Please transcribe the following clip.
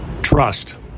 trust